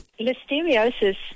Listeriosis